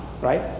right